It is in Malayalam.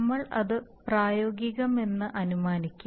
നമ്മൾ അത് പ്രായോഗികമെന്ന് അനുമാനിക്കും